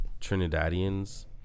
Trinidadians